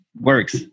works